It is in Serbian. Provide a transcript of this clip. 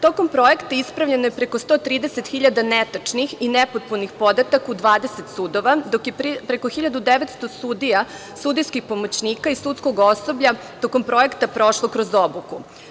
Tokom projekta ispravljeno je preko 130 hiljada netačnih i nepotpunih podataka u 20 sudova, dok je preko 1.900 sudija, sudijskih pomoćnika i sudskog osoblja tokom projekta prošlo obuku.